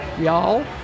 Y'all